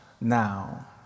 now